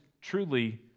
truly